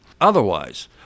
Otherwise